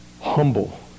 humble